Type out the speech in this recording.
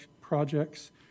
projects